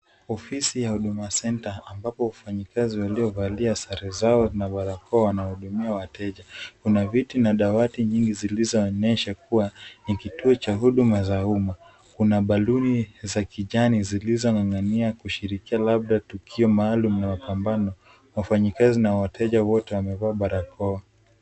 Ofisi ya huduma centre ambapo wafanyikazi waliovalia nguo rasmi na barakoa wanahudumia wateja. Kuna viti na dawati nyingi zilizoonyesha kuwa ni kituo cha huduma za uma. Kuna baluni za kijani zilizong'angania kushirikia labda tukio maalum au mapambano. Wafanyikazi na wateja wote wamevalia barakoa.